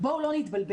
בואו לא נתבלבל.